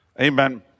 amen